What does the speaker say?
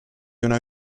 una